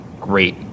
great